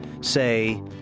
Say